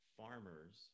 farmers